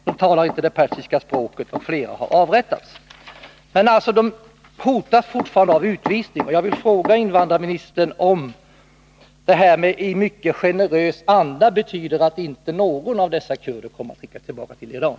De talar inte det persiska språket. Flera har avrättats. Dessa människor hotas fortfarande av utvisning. Jag vill fråga invandrarministern om ”i mycket generös anda” betyder att inte någon av dessa kurder kommer att skickas tillbaka till Iran.